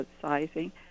sizing